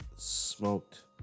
Smoked